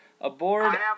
aboard